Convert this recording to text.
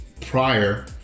prior